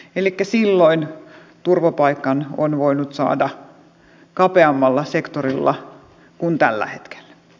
elikkä silloin turvapaikan on voinut saada kapeammalla sektorilla kuin tällä hetkellä